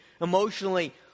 emotionally